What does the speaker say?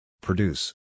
Produce